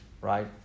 right